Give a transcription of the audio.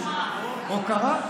הוקרה,